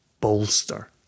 bolster